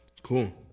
Cool